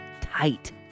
tight